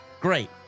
Great